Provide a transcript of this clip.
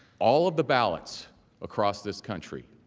all of the ballots across this country